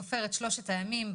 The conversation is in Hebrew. סופר את שלושת הימים.